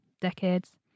decades